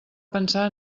pensar